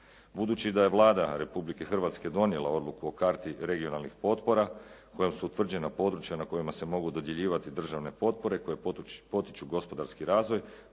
Budući da je Vlada Republike Hrvatske donijela odluku o karti regionalnih potpora kojom su utvrđena područja na kojima se mogu dodjeljivati državne potpore koje potiču gospodarski razvoj,